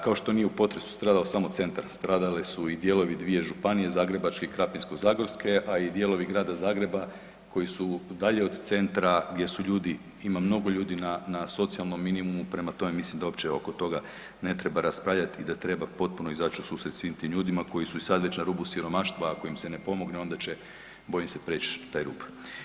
Kao što nije u potresu stradao samo centar, stradale su i dijelovi 2 županije, Zagrebačke i Krapinsko-zagorske, a i dijelovi Grada Zagreba koji su dalje od centra, gdje su ljudi, ima mnogo ljudi na socijalnom minimumu, prema tome mislim da uopće oko toga ne treba raspravljati i da treba potpuno izaći u susret svim tim ljudima koji su i sad već na rubu siromaštva ako im se ne pomogne onda se bojim se preći taj rub.